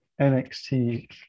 NXT